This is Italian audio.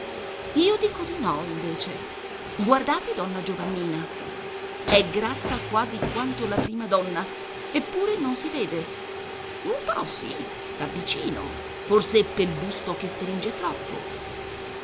io dico di no invece guardate donna giovannina è grassa quasi quanto la prima donna eppure non si vede un po sì da vicino forse pel busto che stringe troppo